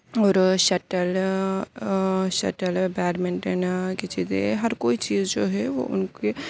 اور shuttle shuttle badminton کی چیزیں ہر کوئی چیز جو ہے وہ ان کے